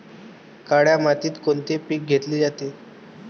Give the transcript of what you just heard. काळ्या मातीत कोनचे पिकं घेतले जाते?